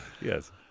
Yes